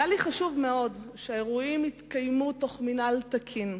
היה לי חשוב שהאירועים יתקיימו תוך הקפדה על מינהל תקין,